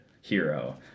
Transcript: hero